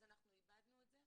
אז אנחנו איבדנו את זה.